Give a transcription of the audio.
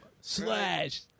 slash